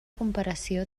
comparació